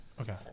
Okay